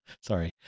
Sorry